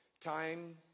Time